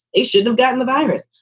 it should have gotten the virus.